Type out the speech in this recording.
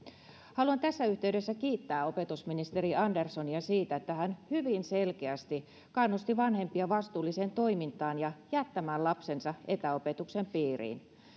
haluan tässä yhteydessä kiittää opetusministeri anderssonia siitä että hän hyvin selkeästi kannusti vanhempia vastuulliseen toimintaan ja jättämään lapsensa etäopetuksen piiriin